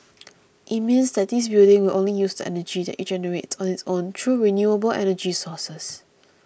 it means that this building will only use the energy that it generates on its own through renewable energy sources